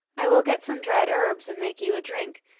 i will get some dried herbs and make you a drink,